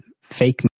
fake